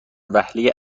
وهله